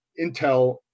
intel